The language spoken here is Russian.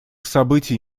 событий